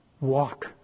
Walk